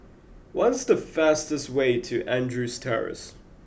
what is the fastest way to Andrews Terrace